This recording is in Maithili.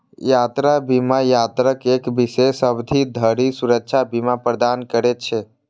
यात्रा बीमा यात्राक एक विशेष अवधि धरि सुरक्षा बीमा प्रदान करै छै